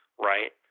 right